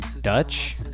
Dutch